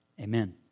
Amen